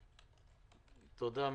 תודה מירי.